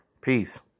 peace